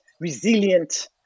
resilient